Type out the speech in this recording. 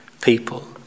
people